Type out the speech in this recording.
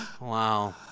Wow